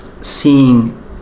seeing